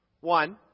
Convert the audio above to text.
One